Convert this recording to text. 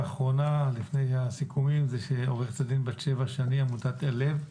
בת שבע שני, מעמותת אל הלב.